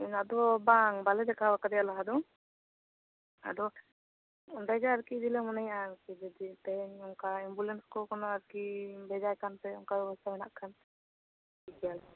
ᱟᱫᱚ ᱵᱟᱝ ᱵᱟᱞᱮ ᱫᱮᱠᱷᱟᱣ ᱟᱠᱟᱫᱮᱭᱟ ᱞᱟᱦᱟ ᱫᱚ ᱟᱫᱚ ᱚᱰᱮᱜᱮ ᱟᱨᱠᱤ ᱤᱫᱤᱞᱮ ᱢᱚᱱᱮᱭᱟ ᱟᱨᱠᱤ ᱡᱩᱫᱤ ᱛᱮᱦᱮᱧ ᱱᱚᱝᱠᱟ ᱮᱢᱵᱩᱞᱮᱱᱥ ᱠᱳᱱᱚ ᱟᱨᱠᱤ ᱵᱷᱮᱡᱟᱭ ᱠᱷᱟᱱ ᱯᱮ ᱚᱱᱠᱟ ᱵᱮᱵᱚᱥᱛᱟ ᱢᱮᱱᱟᱜ ᱠᱷᱟᱱ